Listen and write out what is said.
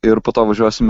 ir po to važiuosim